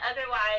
otherwise